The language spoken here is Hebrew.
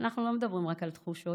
אנחנו לא מדברים רק על תחושות,